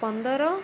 ପନ୍ଦର